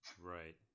right